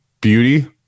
beauty